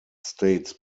states